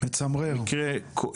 מקרה כואב.